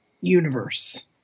universe